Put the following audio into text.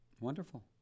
Wonderful